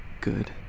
good